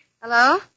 Hello